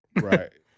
Right